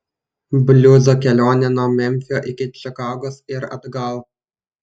bliuzo kelionė nuo memfio iki čikagos ir atgal